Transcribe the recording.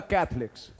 Catholics